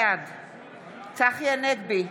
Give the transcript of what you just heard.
בעד צחי הנגבי,